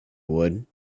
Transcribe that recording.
would